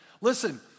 Listen